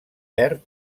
verd